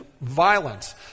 violence